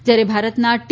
જયારે ભારતના ટી